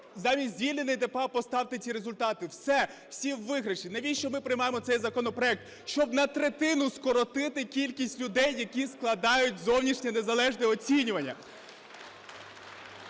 замість звільнення від ДПА поставте ці результати. Все. Всі у виграші. Навіщо ми приймаємо цей законопроект? Щоб на третину скоротити кількість людей, які складають зовнішнє незалежне оцінювання